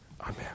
Amen